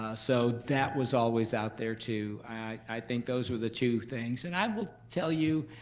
so that was always out there, too. i think those were the two things. and i will tell you